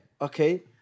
okay